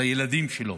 לילדים שלו,